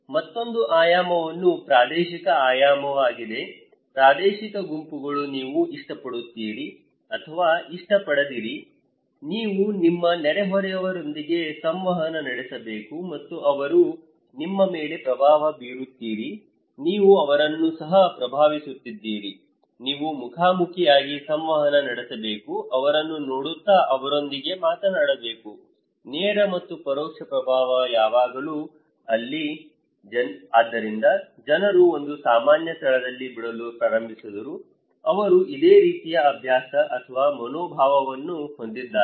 ಮತ್ತೊಂದು ಆಯಾಮವು ಪ್ರಾದೇಶಿಕ ಆಯಾಮವಾಗಿದೆ ಪ್ರಾದೇಶಿಕ ಗುಂಪುಗಳು ನೀವು ಇಷ್ಟಪಡುತ್ತೀರಿ ಅಥವಾ ಇಷ್ಟಪಡದಿರಿ ನೀವು ನಿಮ್ಮ ನೆರೆಹೊರೆಯವರೊಂದಿಗೆ ಸಂವಹನ ನಡೆಸಬೇಕು ಮತ್ತು ಅವರು ನಿಮ್ಮ ಮೇಲೆ ಪ್ರಭಾವ ಬೀರುತ್ತೀರಿ ನೀವು ಅವರನ್ನೂ ಸಹ ಪ್ರಭಾವಿಸುತ್ತಿದ್ದೀರಿ ನೀವು ಮುಖಾಮುಖಿಯಾಗಿ ಸಂವಹನ ನಡೆಸಬೇಕು ಅವರನ್ನು ನೋಡುತ್ತಾ ಅವರೊಂದಿಗೆ ಮಾತನಾಡಬೇಕು ನೇರ ಮತ್ತು ಪರೋಕ್ಷ ಪ್ರಭಾವ ಯಾವಾಗಲೂ ಅಲ್ಲಿ ಆದ್ದರಿಂದ ಜನರು ಒಂದು ಸಾಮಾನ್ಯ ಸ್ಥಳದಲ್ಲಿ ಬಿಡಲು ಪ್ರಾರಂಭಿಸಿದರು ಅವರು ಇದೇ ರೀತಿಯ ಅಭ್ಯಾಸ ಅಥವಾ ಮನೋಭಾವವನ್ನು ಹೊಂದಿದ್ದಾರೆ